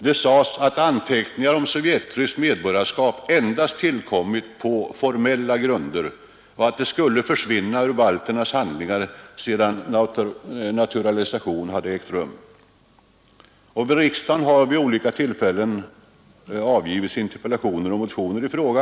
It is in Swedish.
Det sades, att anteckningar om sovjetryskt medborgarskap endast tillkommit på formella grunder och att de skulle försvinna ur balternas handlingar sedan naturalisation ägt rum. I riksdagen har vid olika tillfällen avgivits interpellationer och motioner i denna fråga.